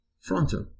Fronto